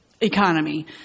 economy